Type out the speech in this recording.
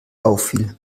auffiel